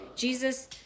Jesus